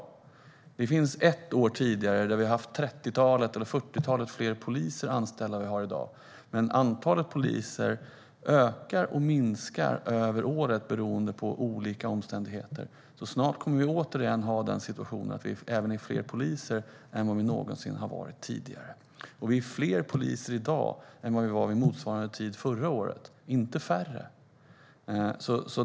Under ett tidigare år hade vi visserligen ett trettiotal eller fyrtiotal fler poliser anställda än vad vi har i dag. Men antalet poliser ökar och minskar över året beroende på olika omständigheter. Snart kommer vi återigen att ha fler poliser än vi någonsin haft tidigare. Och det är fler poliser i dag än det var vid motsvarande tid förra året, inte färre.